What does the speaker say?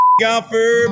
golfer